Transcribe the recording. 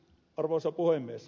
arvoisa puhemies